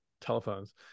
telephones